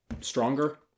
stronger